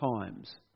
times